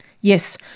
Yes